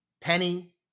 Penny